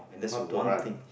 not to run